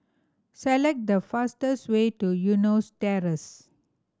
select the fastest way to Eunos Terrace